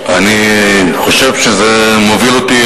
אני חושב שזה מוביל אותי,